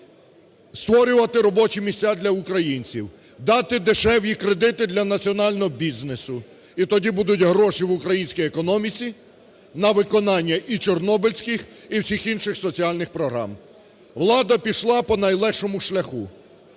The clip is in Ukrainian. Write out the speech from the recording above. створювати робочі місця для українців; дати дешеві кредити для національного бізнесу – і тоді будуть гроші в українській економіці на виконання і чорнобильських, і всіх інших соціальних програм. Влада пішла по найлегшому шляху